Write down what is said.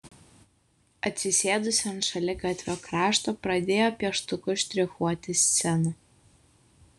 atsisėdusi ant šaligatvio krašto pradėjo pieštuku štrichuoti sceną